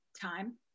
Time